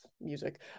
music